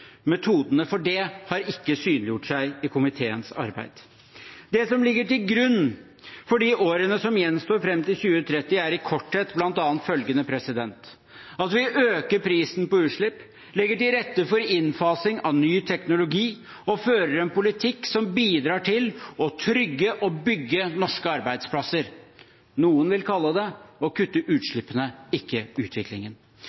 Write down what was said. Metodene for det har ikke synliggjort seg i komiteens arbeid. Det som ligger til grunn for de årene som gjenstår fram til 2030, er i korthet bl.a. følgende: at vi øker prisen på utslipp, legger til rette for innfasing av ny teknologi og fører en politikk som bidrar til å trygge og bygge norske arbeidsplasser. Noen vil kalle det å kutte